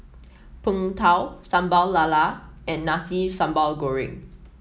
Png Tao Sambal Lala and Nasi Sambal Goreng